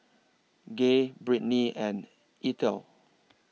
Gay Britney and Eithel